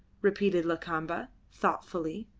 repeated lakamba, thoughtfully.